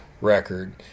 record